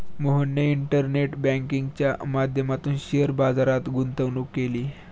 मोहनने इंटरनेट बँकिंगच्या माध्यमातून शेअर बाजारात गुंतवणूक केली